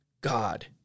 God